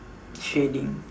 shading